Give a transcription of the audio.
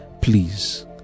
please